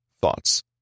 Thoughts